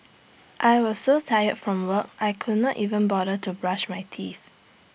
I was so tired from work I could not even bother to brush my teeth